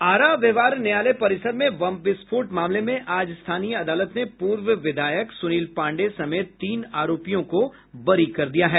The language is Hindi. आरा व्यवहार न्यायालय परिसर में बम विस्फोट मामले में आज स्थानीय अदालत ने पूर्व विधायक सुनील पांडेय समेत तीन आरोपियों को बरी कर दिया है